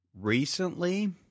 recently